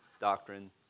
doctrine